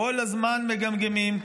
כל הזמן מגמגמים,